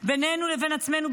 בינינו לבין עצמנו,